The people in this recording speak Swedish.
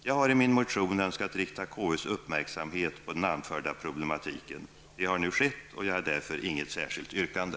Jag har med min motion önskat rikta KUs uppmärksamhet på den anförda problematiken. Det har nu skett, och jag har därför inget särskilt yrkande.